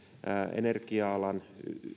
energia alan